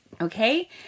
Okay